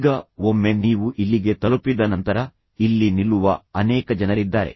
ಈಗ ಒಮ್ಮೆ ನೀವು ಇಲ್ಲಿಗೆ ತಲುಪಿದ ನಂತರ ಇಲ್ಲಿ ನಿಲ್ಲುವ ಅನೇಕ ಜನರಿದ್ದಾರೆ